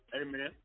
Amen